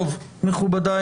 מכובדי,